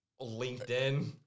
LinkedIn